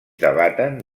debaten